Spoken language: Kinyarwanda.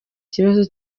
ikibazo